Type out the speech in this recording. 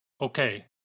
okay